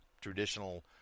traditional